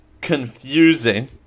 confusing